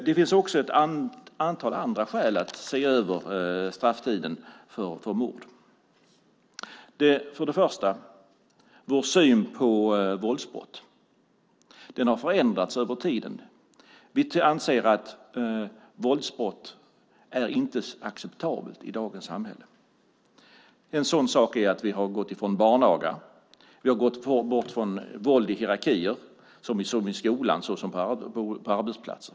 Det finns också ett antal andra skäl att se över strafftiden för mord. Det första är vår syn på våldsbrott. Den har förändrats över tiden. Vi anser att våldsbrott inte är acceptabelt i dagens samhälle. En sådan sak är att vi har gått ifrån barnaga. Vi har gått bort från våld i hierarkier såväl i skolan som på arbetsplatser.